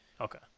Okay